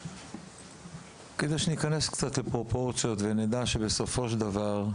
כדי שניכנס קצת לפרופורציות ונדע שבסופו של דבר,